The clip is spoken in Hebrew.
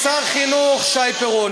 שר חינוך שי פירון,